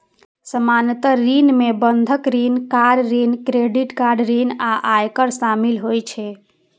सामान्य ऋण मे बंधक ऋण, कार ऋण, क्रेडिट कार्ड ऋण आ आयकर शामिल होइ छै